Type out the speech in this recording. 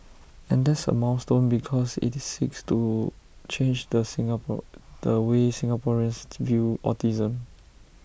and that's A milestone because it's seeks to change the Singapore the way Singaporeans view autism